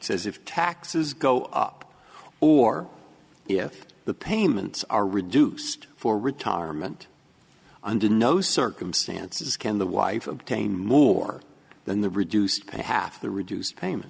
says if taxes go up or if the payments are reduced for retirement under no circumstances can the wife obtain more than the reduced pay half the reduced payment